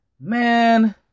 man